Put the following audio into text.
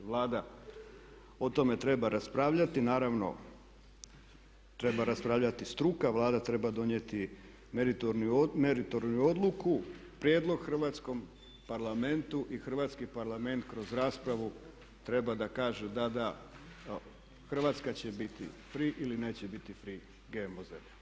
Vlada o tome treba raspravljati, naravno treba raspravljati i struka, Vlada treba donijeti meritornu odluku, prijedlog Hrvatskom parlamentu i Hrvatski parlament kroz raspravu treba da kaže da Hrvatska će biti free ili neće biti free GMO zemlja.